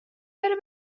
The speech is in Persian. بره